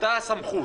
אתה הסמכות,